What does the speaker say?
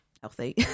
healthy